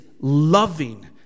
loving